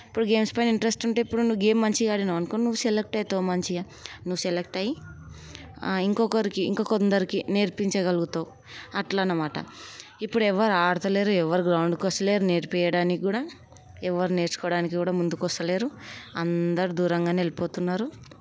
ఇప్పుడు గేమ్స్ పైన ఇంట్రెస్ట్ ఉంటే ఇప్పుడు నువ్వు గేమ్స్ మంచిగా ఆడినావు అనుకో నువ్వు సెలెక్ట్ అవుతావు మంచిగా నువ్వు సెలెక్ట్ అయ్యి ఇంకొకరికి ఇంకో కొందరికి నేర్పించగలుగుతావు అట్లా అన్నమాట ఇప్పుడు ఎవరు ఆడతలేరు ఎవ్వరు గ్రౌండ్కి వస్తలేరు నేర్పించడానికి కూడా ఎవరు నేర్చుకోవడానికి కూడా ముందుకు వస్తలేరు అందరు దూరంగానే వెళ్ళిపోతున్నారు